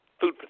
Food